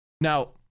Now